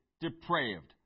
depraved